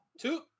two